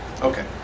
Okay